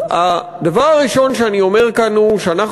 הדבר הראשון שאני אומר כאן הוא שאנחנו